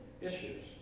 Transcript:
issues